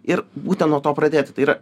ir būtent nuo to pradėti tai yra